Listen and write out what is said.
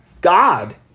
God